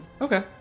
Okay